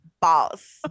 boss